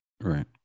Right